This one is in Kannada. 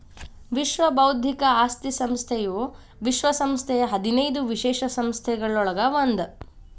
ವಿಶ್ವ ಬೌದ್ಧಿಕ ಆಸ್ತಿ ಸಂಸ್ಥೆಯು ವಿಶ್ವ ಸಂಸ್ಥೆಯ ಹದಿನೈದು ವಿಶೇಷ ಸಂಸ್ಥೆಗಳೊಳಗ ಒಂದ್